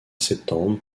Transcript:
septembre